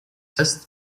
test